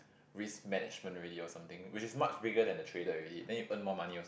risk management already or something which is much bigger than the trader already then you earn more money or so